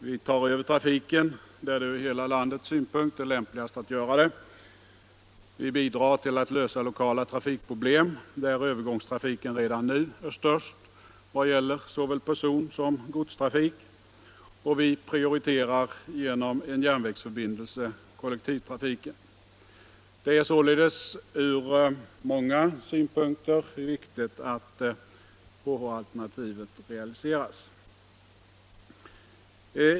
Vi för över trafiken där det ur hela landets synpunkt är lämpligast att göra det, vi bidrar till att lösa lokala trafikproblem där övergångstrafiken redan nu är störst vad gäller såväl personsom godstrafik, och vi prioriterar genom en järnvägsförbindelse kollektivtrafiken. Det är således ur många synpunkter viktigt att HH alternativet realiseras.